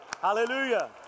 Hallelujah